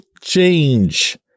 change